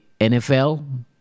NFL